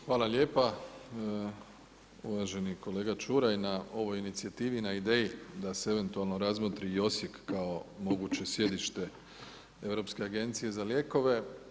Hvala lijepa uvaženi kolega Čuraj na ovoj inicijativi i na ideji da se eventualno razmotri i Osijek kao moguće sjedište Europske agencije za lijekove.